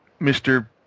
Mr